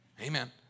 Amen